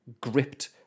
gripped